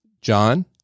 John